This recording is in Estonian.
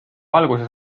alguses